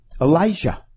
Elijah